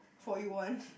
for you one